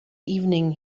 evening